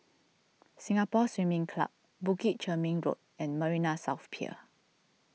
Singapore Swimming Club Bukit Chermin Road and Marina South Pier